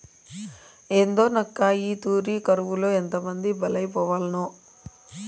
ఏందోనక్కా, ఈ తూరి కరువులో ఎంతమంది బలైపోవాల్నో